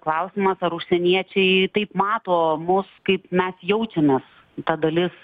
klausimas ar užsieniečiai taip mato mus kaip mes jaučiamės ta dalis